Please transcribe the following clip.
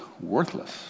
worthless